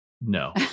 No